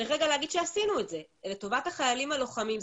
צריך להגיד שעשינו את זה לטובת החיילים הלוחמים.